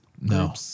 No